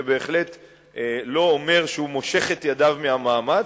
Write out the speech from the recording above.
זה בהחלט לא אומר שהוא מושך את ידיו מהמאמץ,